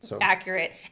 accurate